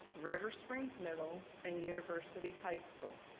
river springs middle and university high school.